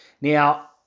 Now